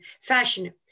fashion